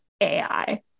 AI